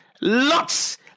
lots